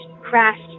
crashed